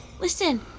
Listen